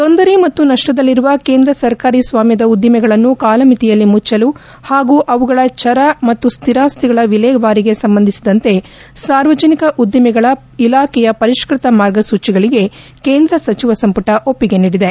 ತೊಂದರೆ ಮತ್ತು ನಷ್ಸದಲ್ಲಿರುವ ಕೇಂದ್ರ ಸರ್ಕಾರಿ ಸ್ನಾಮ್ನದ ಉದ್ಲಿಮೆಗಳನ್ನು ಕಾಲಮಿತಿಯಲ್ಲಿ ಮುಚ್ಚಲು ಹಾಗೂ ಅವುಗಳ ಚರ ಮತ್ತು ಸ್ಹಿರಾಸ್ತಿಗಳ ವಿಲೇವಾರಿಗೆ ಸಂಬಂಧಿಸಿದಂತೆ ಸಾರ್ವಜನಿಕ ಉದ್ದಿಮೆಗಳ ಇಲಾಖೆಯ ಪರಿಷ್ನತ ಮಾರ್ಗಸೂಚಗಳಿಗೆ ಕೇಂದ್ರ ಸಚಿವ ಸಂಪುಟ ಒಪ್ಪಿಗೆ ನೀಡಿದೆ